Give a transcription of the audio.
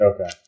Okay